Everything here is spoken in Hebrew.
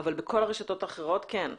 אבל בכל הרשתות האחרות כן.